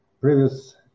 previous